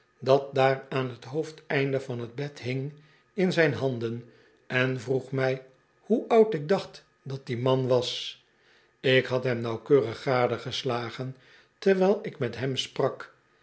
dat daar aan t hoofdeneinde van t bed hing in zijn handen en vroeg mij hoe oud ik dacht dat die man was ik had hem nauwkeurig gadegeslagen terwijl ik met hem sprak